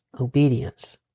obedience